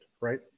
right